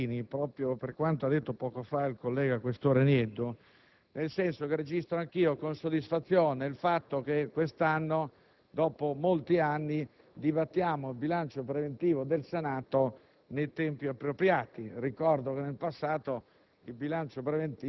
al presidente Marini proprio per quanto ha detto poco fa il collega Questore Nieddu, nel senso che registro anch'io con soddisfazione il fatto che quest'anno, dopo molti anni, dibattiamo il bilancio preventivo del Senato nei tempi appropriati. Ricordo che nel passato